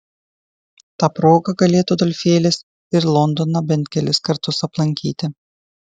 ta proga galėtų adolfėlis ir londoną bent kelis kartus aplankyti